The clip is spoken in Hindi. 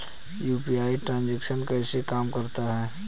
यू.पी.आई ट्रांजैक्शन कैसे काम करता है?